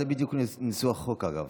זה בדיוק ניסוח החוק, אגב.